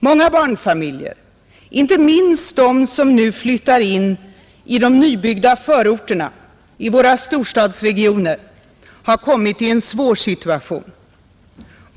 Många barnfamiljer, inte minst de som nu flyttar in i de nybyggda förorterna i våra storstadsregioner, har kommit i en svår situation.